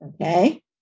Okay